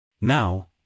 Now